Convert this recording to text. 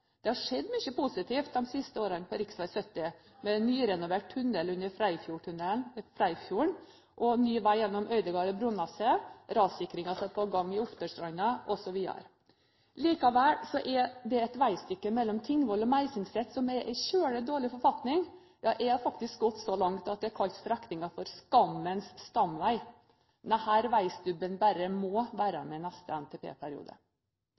Det har skjedd mye positivt de siste årene på rv. 70, med nyrenovert tunnel under Freifjorden, ny vei mellom Øydegard og Bronneset, rassikring på gang i Oppdølsstranda osv. Likevel er det et veistykke mellom Tingvoll og Meisingset som er i svært dårlig forfatning. Ja, jeg har faktisk gått så langt at jeg har kalt strekningen for «skammens stamvei». Denne veistubben bare må